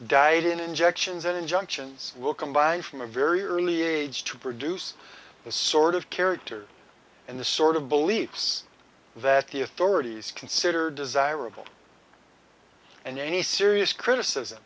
diet in injections and injunctions will combine from a very early age to produce the sort of character in the sort of beliefs that the authorities consider desirable and any serious criticism